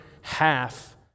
half